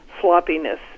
sloppiness